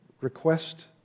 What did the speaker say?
request